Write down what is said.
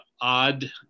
odd